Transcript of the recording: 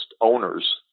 owners